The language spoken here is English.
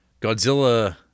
Godzilla